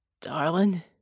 Darling